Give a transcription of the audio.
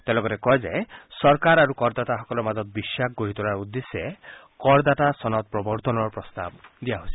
তেওঁ লগতে কয় যে চৰকাৰ আৰু কৰদাতাসকলৰ মাজত বিশ্বাস গঢ়ি তোলাৰ উদ্দেশ্যে কৰদাতা চনদ প্ৰবৰ্তনৰ প্ৰস্তাৱ দিয়া হৈছে